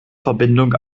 verbindung